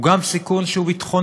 הוא גם סיכון שהוא ביטחוני?